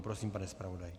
Prosím, pane zpravodaji.